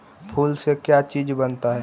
फूल से का चीज बनता है?